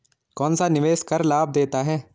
कौनसा निवेश कर लाभ देता है?